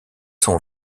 son